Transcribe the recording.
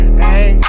hey